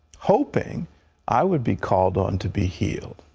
hoping i would be called on to be healed.